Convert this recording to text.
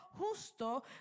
justo